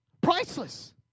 Priceless